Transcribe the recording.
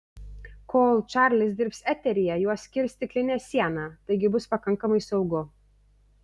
kol čarlis dirbs eteryje juos skirs stiklinė siena taigi bus pakankamai saugu